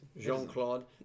Jean-Claude